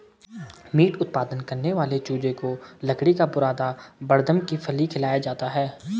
meet उत्पादन करने वाले चूजे को लकड़ी का बुरादा बड़दम की फली खिलाया जाता है